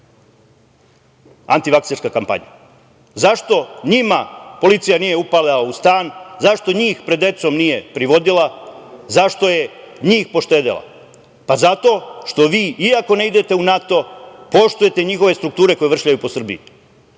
antivakcerska kampanja? Zašto njima policija nije upala u stan? Zašto njih pred decom nije privodila? Zašto je njih poštedela? Pa, zato što vi, i ako ne idete u NATO poštujete njihove strukture koje vršljaju po Srbiji,